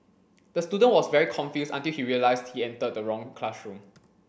the student was very confused until he realized he entered the wrong classroom